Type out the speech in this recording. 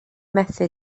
methu